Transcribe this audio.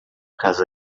casa